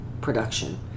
production